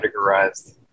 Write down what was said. categorized